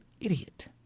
idiot